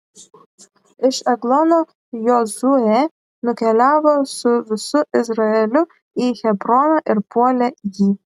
iš eglono jozuė nukeliavo su visu izraeliu į hebroną ir puolė jį